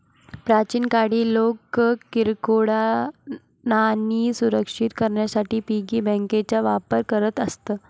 प्राचीन काळी लोक किरकोळ नाणी सुरक्षित करण्यासाठी पिगी बँकांचा वापर करत असत